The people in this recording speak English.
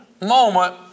moment